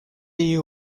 you